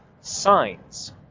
signs